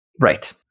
Right